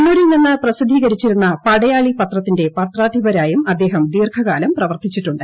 കണ്ണൂരിൽ നിന്ന് പ്രസിദ്ധീകരിച്ചിരുന്ന പടയാളി പത്രത്തിന്റെ പത്രാധിപരായും അദ്ദേഹം ദീർഘകാലം പ്രവർത്തിച്ചിട്ടുണ്ട്